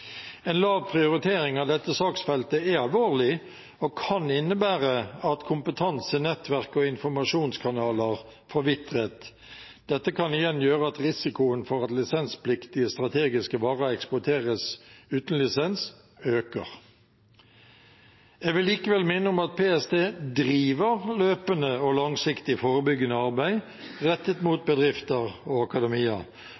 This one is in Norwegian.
En lav prioritering av dette saksfeltet er alvorlig og kan innebære at kompetanse, nettverk og informasjonskanaler forvitrer. Dette kan igjen gjøre at risikoen for at lisenspliktige strategiske varer eksporteres uten lisens, øker. Jeg vil likevel minne om at PST driver løpende og langsiktig forebyggende arbeid rettet